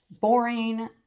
boring